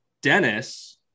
Dennis